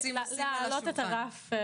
להעלות את הרף.